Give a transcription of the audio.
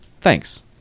thanks